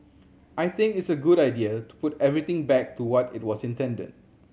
I think it's a good idea to put everything back to what it was intended